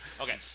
Okay